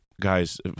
guys